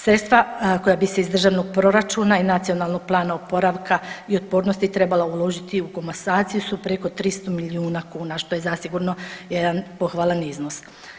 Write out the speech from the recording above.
Sredstva koja bi se iz državnog proračuna i Nacionalnog plana oporavka i otpornosti trebala uložiti u komasaciju su preko 300 milijuna kuna što je zasigurno jedan pohvalan iznos.